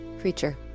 creature